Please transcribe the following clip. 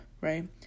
right